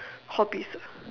hobbies